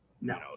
no